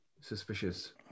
Suspicious